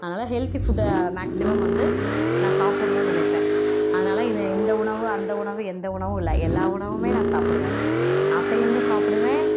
அதனால் ஹெல்தி ஃபுட்டை மேக்ஸிமம் வந்து நான் சாப்புடணும் நினைப்பேன் அதனால் இதை எந்த உணவு அந்த உணவு எந்த உணவு இல்லை எல்லா உணவுமே நான் சாப்பிடுவேன் அசைவமும் சாப்பிடுவேன்